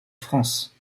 france